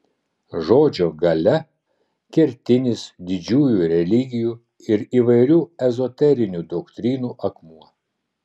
žodžio galia kertinis didžiųjų religijų ir įvairių ezoterinių doktrinų akmuo